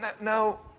no